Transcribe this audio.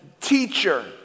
teacher